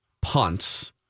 punts